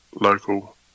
local